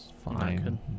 fine